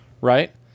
Right